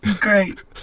Great